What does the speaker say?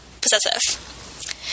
possessive